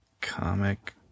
Comic